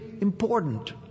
important